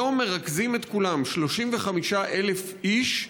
היום מרכזים את כולם, 35,000 איש,